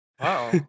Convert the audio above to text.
wow